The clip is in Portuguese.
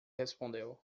respondeu